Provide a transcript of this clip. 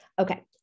Okay